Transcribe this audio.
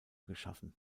geschaffen